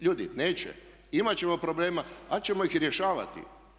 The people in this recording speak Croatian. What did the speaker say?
Ljudi neće, imat ćemo problema ali ćemo ih rješavati.